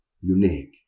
unique